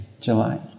July